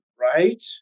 right